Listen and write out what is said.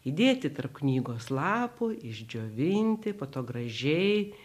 įdėti tarp knygos lapų išdžiovinti po to gražiai